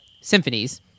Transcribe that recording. symphonies